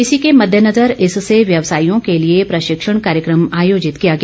इसी के मददेनज़र इससे व्यवसायियों के लिए प्रशिक्षण कार्यक्रम आयोजित किया गया